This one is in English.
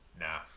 Nah